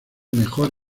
mejor